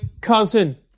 cousin